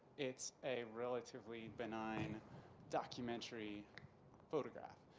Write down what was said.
it's a relatively benign documentary photograph.